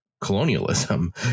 Colonialism